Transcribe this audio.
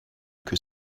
que